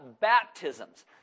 Baptisms